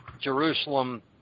Jerusalem